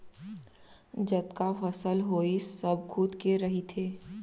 जतका फसल होइस सब खुद के रहिथे